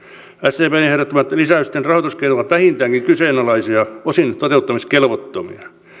sdpn ehdottamat lisäysten rahoituskeinot ovat vähintäänkin kyseenalaisia osin toteuttamiskelvottomia